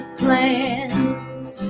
plans